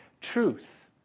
truth